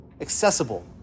accessible